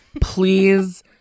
please